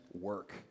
work